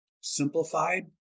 simplified